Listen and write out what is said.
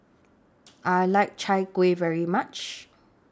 I like Chai Kueh very much